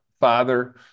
father